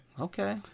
okay